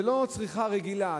זה לא צריכה רגילה,